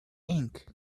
ink